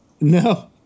No